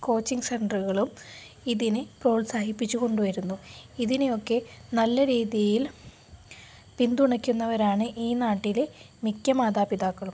coaching സെൻററുകളും ഇതിനെ പ്രോത്സാഹിപ്പിച്ച് കൊണ്ടുവരുന്നു ഇതിനെയൊക്കെ നല്ല രീതിയിൽ പിന്തുണയ്ക്കുന്നവരാണ് ഈ നാട്ടിലെ മിക്ക മാതാപിതാക്കളും